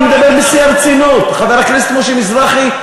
לא, אני מדבר בשיא הרצינות, חבר הכנסת משה מזרחי.